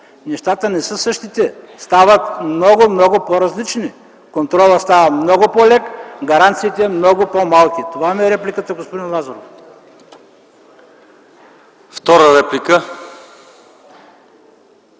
нещата не са същите. Стават много, много по различни. Контролът става много по лек, гаранциите – по малки. Това ми е репликата, господин Лазаров.